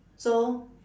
so